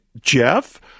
jeff